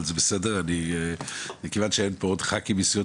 אבל זה בסדר מכיוון שאין פה עוד ח"כים מסיעות